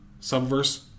Subverse